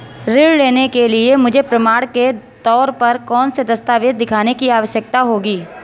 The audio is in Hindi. ऋृण लेने के लिए मुझे प्रमाण के तौर पर कौनसे दस्तावेज़ दिखाने की आवश्कता होगी?